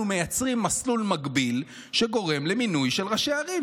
אנחנו מייצרים מסלול מקביל שגורם למינוי של ראשי ערים,